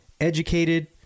educated